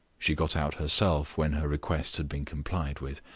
she got out herself when her request had been complied with.